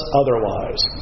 otherwise